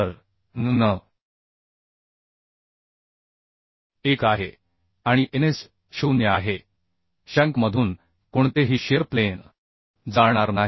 तर NN 1 आहे आणि NS 0 आहे शँकमधून कोणतेही शिअर प्लेन जाणार नाही